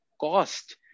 cost